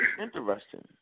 interesting